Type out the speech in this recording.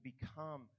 become